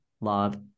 love